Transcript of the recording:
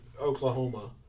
Oklahoma